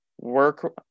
work